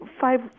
five